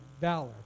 valor